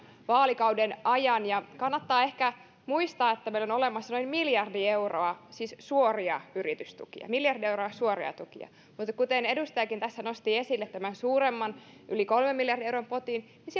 vaalikauden ajan ja kannattaa ehkä muistaa että meillä on olemassa noin miljardi euroa suoria yritystukia siis miljardi euroa suoria tukia mutta kuten edustajakin tässä nosti esille tämän suuremman yli kolmen miljardin euron potin niin